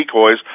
decoys